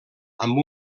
amb